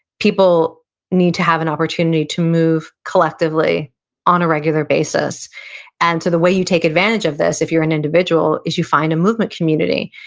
people need to have an opportunity to move collectively on a regular basis and so, the way you take advantage of this if you're an individual is you find a movement community.